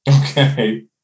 Okay